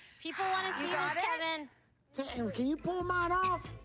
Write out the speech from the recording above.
people want yeah ah and and and you pull mine off?